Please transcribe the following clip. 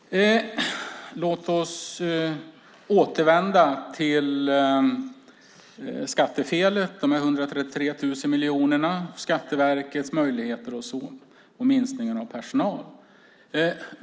Herr talman! Låt oss återvända till skattefelet, de 133 000 miljonerna, Skatteverkets möjligheter och minskningen av personal.